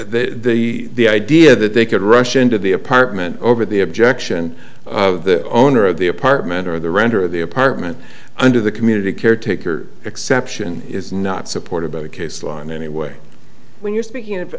the idea that they could rush into the apartment over the objection of the owner of the apartment or the renter of the apartment under the community caretaker exception is not supported by the case line anyway when you're speaking of